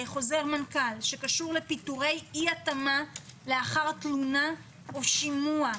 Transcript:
חוזר מנכ"ל שקשור לפיטורי אי-התאמה לאחר תלונה או שימוע,